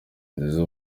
nizzo